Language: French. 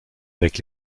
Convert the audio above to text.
avec